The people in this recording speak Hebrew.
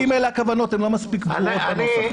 אם אלה הכוונות, הן לא מספיק ברורות בנוסח.